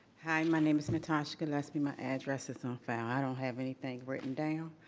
hi, my name is natasha gillespie, my address is on file. i don't have anything written down.